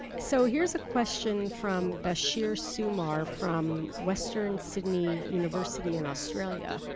so here's a question from bashir sumar from western sydney university in australia.